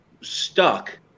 stuck